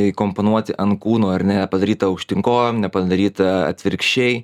įkomponuoti ant kūno ar ne padaryta aukštyn kojom nepadaryta atvirkščiai